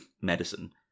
medicine